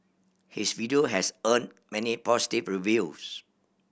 his video has earned many positive reviews